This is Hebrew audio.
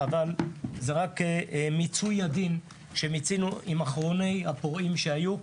אבל זה רק מיצוי הדין שמיצינו עם אחרוני הפורעים שהיו,